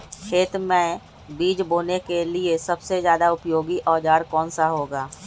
खेत मै बीज बोने के लिए सबसे ज्यादा उपयोगी औजार कौन सा होगा?